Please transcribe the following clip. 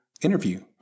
interview